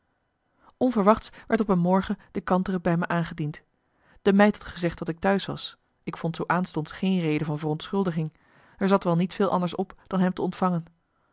onverwachts werd op een morgen de kantere bij me aangediend de meid had gezegd dat ik t'huis was ik vond zoo aanstonds geen reden van verontschuldiging er zat wel niet veel anders op dan hem te ontvangen